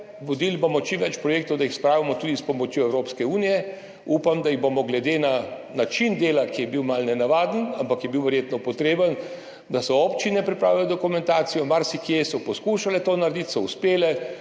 Vodili bomo čim več projektov, da jih spravimo tudi s pomočjo Evropske unije. Upam, da jih bomo, glede na način dela, ki je bil malo nenavaden, ampak je bil verjetno potreben – da so občine pripravile dokumentacijo, marsikje so poskušale to narediti, so uspele,